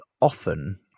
often